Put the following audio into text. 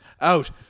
out